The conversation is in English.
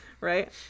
Right